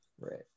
Right